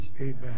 Amen